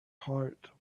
heart